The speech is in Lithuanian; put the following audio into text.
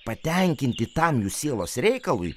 patenkinti tam jų sielos reikalui